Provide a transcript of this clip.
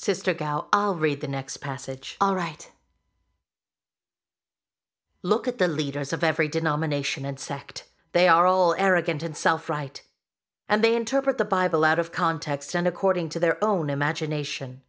sister go read the next passage all right look at the leaders of every denomination and sect they are all arrogant and self right and they interpret the bible out of context and according to their own imagination